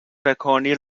rekoni